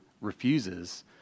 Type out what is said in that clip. refuses